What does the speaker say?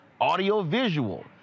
audio-visual